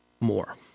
more